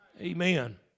Amen